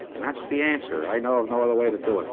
and that's the answer. i know of no other way to do it.